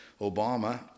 Obama